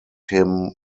him